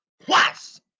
Plus